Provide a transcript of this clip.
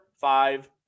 five